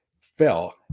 fell